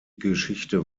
geschichte